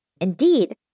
Indeed